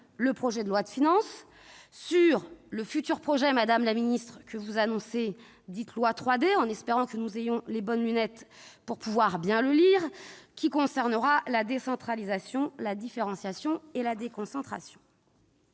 le projet de loi de finances, sur le futur projet de loi dit « 3D » que vous annoncez, madame la ministre, en espérant que nous ayons les bonnes lunettes pour pouvoir bien le lire, qui concernera la décentralisation, la différenciation et la déconcentration.